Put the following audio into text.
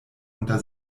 unter